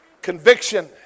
Conviction